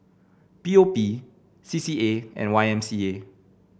P O P C C A and Y M C A